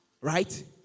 right